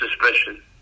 suspicion